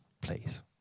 place